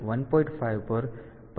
ધારો કે આપણે 4 બીટ 1